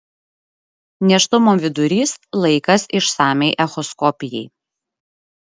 nėštumo vidurys laikas išsamiai echoskopijai